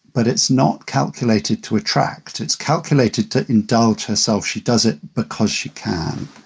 but it's not calculated to attract. it's calculated to indulge herself. she does it because she can.